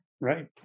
Right